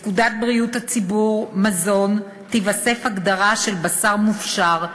לפקודת בריאות הציבור (מזון) תיווסף הגדרה של "בשר מופשר",